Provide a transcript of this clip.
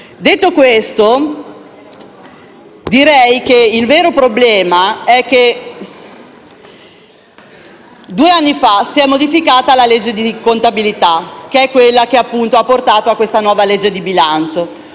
Detto questo, il vero problema è che due anni fa si è modificata la legge di contabilità, che ha portato a questa nuova legge di bilancio.